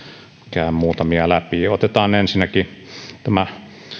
käyn muutamia asioita läpi otetaan ensinnäkin tämä